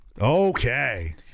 Okay